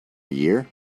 year